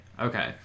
Okay